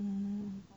mm